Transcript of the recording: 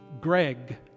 Greg